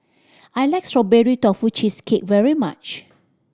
I like Strawberry Tofu Cheesecake very much